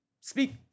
speak